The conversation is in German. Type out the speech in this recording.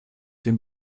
den